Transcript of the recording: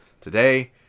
today